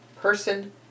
person